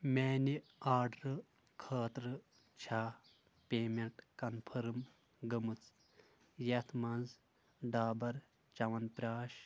میٛانہِ آرڈرٕ خٲطرٕ چھا پیمیٚنٛٹ کنفٲرٕم گٔمٕژ یتھ منٛز ڈابَر چیٚمَن پرٛاش